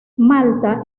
malta